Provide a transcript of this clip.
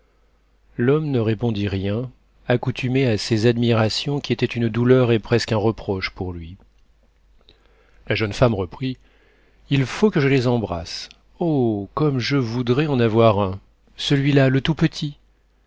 l'homme ne répondit rien accoutumé à ces admirations qui étaient une douleur et presque un reproche pour lui la jeune femme reprit il faut que je les embrasse oh comme je voudrais en avoir un celui-là le tout petit